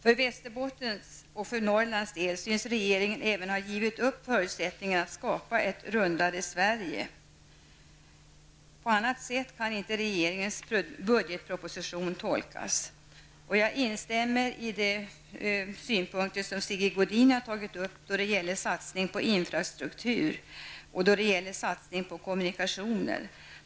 För Västerbottens och för Norrlands del syns regeringen även ha givit upp förutsättningar att skapa ett rundare Sverige. På annat sätt kan inte regeringens budgetproposition tolkas. Jag instämmer i de synpunkter som Sigge Godin tog upp då det gällde satsning på infrastruktur, främst satsning på kommunikationer.